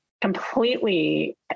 completely